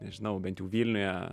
nežinau bent jau vilniuje